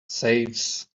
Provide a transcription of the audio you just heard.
saves